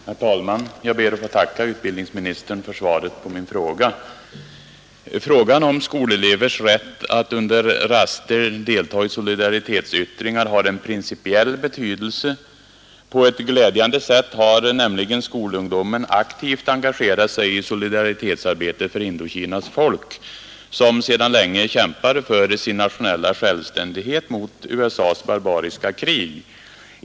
Herr talman! Jag ber att få tacka utbildningsministern för svaret på min fråga. Frågan om skolelevers rätt att under raster delta i solidaritetsyttringar har en principiell betydelse. På ett glädjande sätt har nämligen skolungdomen aktivt engagerat sig i solidaritetsarbetet för Indokinas folk, som sedan länge kämpar för sin nationella självständighet mot USA:s barbariska krig.